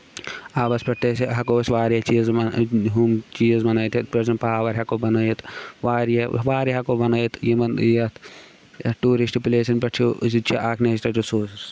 آبس پٮ۪ٹھ ہٮ۪کو أسۍ واریاہ چیٖز ہُم چیٖز بَنٲیِتھ یَتھ پٮ۪ٹھ زَن پاور ہٮ۪کو بَنٲوِتھ واریاہ واریاہ ہٮ۪کو بَنٲوِتھ یمن یَتھ ٹوٗرِسٹ پِلیسن پٮ۪ٹھ چھُ أزِچ یہِ اکھ نیچُرَل رِسورسٕز